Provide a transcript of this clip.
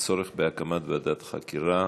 בבקשה: הצורך בהקמת ועדת חקירה